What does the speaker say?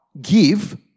give